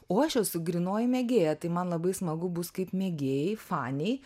o aš esu grynoji mėgėja tai man labai smagu bus kaip mėgėjai fanei